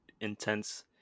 intense